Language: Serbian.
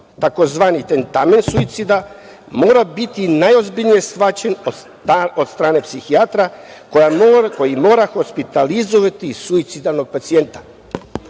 tzv. tentamen suicida mora biti najozbiljnije shvaćen od strane psihijatra koji mora hospitalizovati suicidalnog pacijenta.